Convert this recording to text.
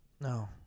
No